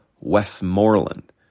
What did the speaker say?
Westmoreland